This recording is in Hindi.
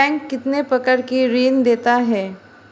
बैंक कितने प्रकार के ऋण देता है?